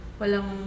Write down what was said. walang